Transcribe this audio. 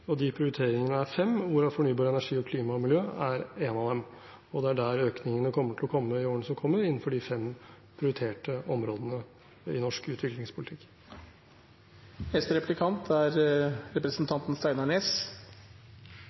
prioriteringer. De prioriteringene er fem, og fornybar energi og klima og miljø er én av dem. Økningene i årene som kommer, vil komme innenfor de fem prioriterte områdene i norsk utviklingspolitikk. Noreg er